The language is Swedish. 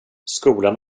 skolan